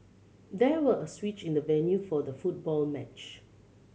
there was a switch in the venue for the football match